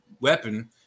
weapon